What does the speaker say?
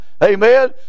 Amen